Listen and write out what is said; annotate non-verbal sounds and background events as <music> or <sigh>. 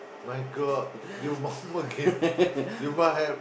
<laughs>